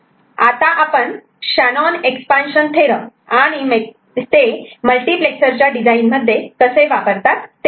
आता आपण Shannon expansion theorem Shanon's expansion theorem आणि मल्टिप्लेक्सर च्या डिझाईन मध्ये कसे वापरतात ते पाहू